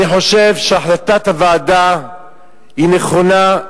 אני חושב שהחלטת הוועדה היא נכונה,